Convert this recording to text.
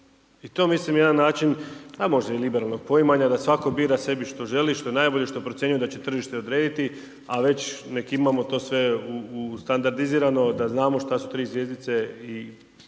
I to je mislim jedan način a možda i liberalnog poimanja da svatko bira sebi što želi, što je najbolje, što procjenjuje da će tržište odrediti a već neka imamo to sve standardizirano da znamo šta su tri zvjezdice na